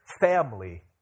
family